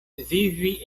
vivi